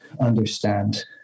understand